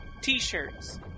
t-shirts